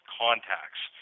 contacts